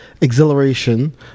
exhilaration